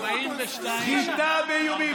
סחיטה באיומים.